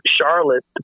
Charlotte